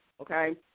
okay